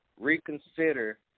reconsider